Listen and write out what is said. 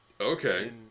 okay